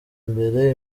imbere